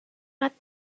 let